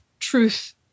truth